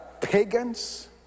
pagans